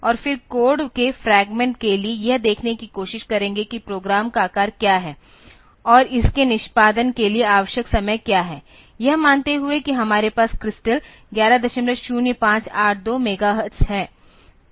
और फिर कोड के फ्रेगमेंट के लिए यह देखने की कोशिश करेंगे कि प्रोग्राम का आकार क्या है और इसके निष्पादन के लिए आवश्यक समय क्या है यह मानते हुए कि हमारे पास क्रिस्टल 110582 मेगाहर्ट्ज़ है